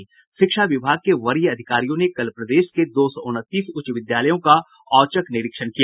शिक्षा विभाग के वरीय अधिकारियों ने कल प्रदेश के दो सौ उनतीस उच्च विद्यालयों का औचक निरीक्षण किया